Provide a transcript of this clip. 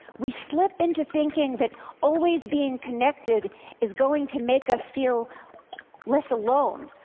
we slip into thinking that always being connected is going to make us feel less alone.